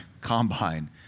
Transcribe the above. combine